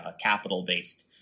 capital-based